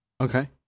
okay